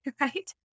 right